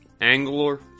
angler